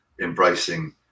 embracing